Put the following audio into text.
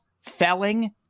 felling